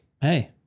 Hey